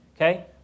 okay